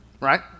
Right